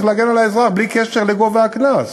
צריך להגן על האזרח בלי קשר לגובה הקנס.